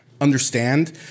understand